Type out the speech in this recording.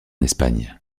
espagne